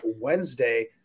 Wednesday